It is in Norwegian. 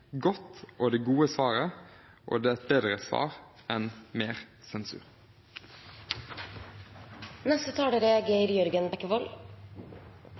godt svar, og det gode svaret. Og det er et bedre svar enn